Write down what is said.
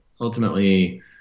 ultimately